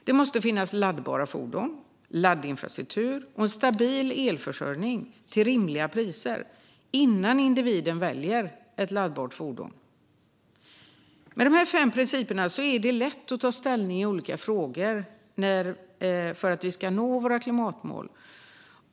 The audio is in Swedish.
Det måste finnas laddbara fordon, laddinfrastruktur och stabil elförsörjning till rimliga priser innan individen väljer ett laddbart fordon. Med dessa fem principer är det lätt att ta ställning i olika frågor för att vi ska nå våra klimatmål.